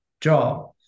job